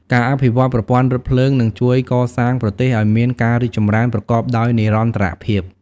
ការអភិវឌ្ឍន៍ប្រព័ន្ធរថភ្លើងនឹងជួយកសាងប្រទេសឱ្យមានការរីកចម្រើនប្រកបដោយនិរន្តរភាព។